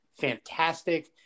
fantastic